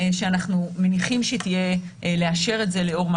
שאנחנו מניחים שהיא תאשר את זה לאור מה